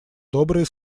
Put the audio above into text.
добрые